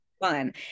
fun